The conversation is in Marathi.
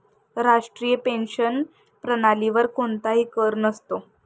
राष्ट्रीय पेन्शन प्रणालीवर कोणताही कर नसतो